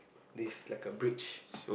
this like a bridge